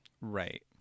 Right